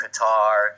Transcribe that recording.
Qatar